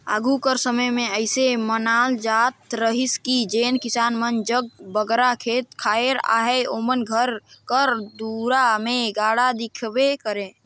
आघु कर समे मे अइसे मानल जात रहिस कि जेन किसान मन जग बगरा खेत खाएर अहे ओमन घर कर दुरा मे गाड़ा दिखबे करे